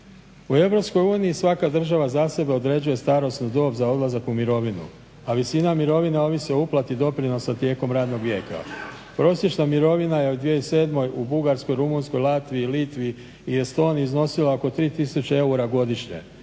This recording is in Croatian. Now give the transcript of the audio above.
uniji svaka država za sebe određuje starosnu dob za odlazak u mirovinu, a visina mirovine ovisi o uplati doprinosa tijekom radnog vijeka. Prosječna mirovina je u 2007. u Bugarskoj, Rumunjskoj, Latviji, Litvi i Estoniji iznosila oko 3000 eura godišnje,